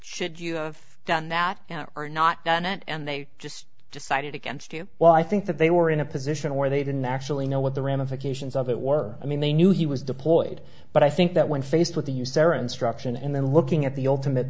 should you have done that or not done it and they just decided against you well i think that they were in a position where they didn't actually know what the ramifications of it were i mean they knew he was deployed but i think that when faced with the usera instruction and then looking at the ultimate